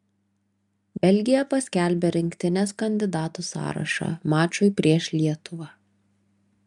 belgija paskelbė rinktinės kandidatų sąrašą mačui prieš lietuvą